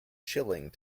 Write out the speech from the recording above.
chilling